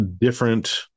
different